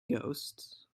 ghosts